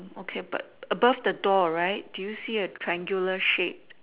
okay but above the door right do you see a triangular shaped